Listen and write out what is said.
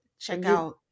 checkout